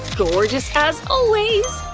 gorgeous, as always!